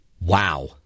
Wow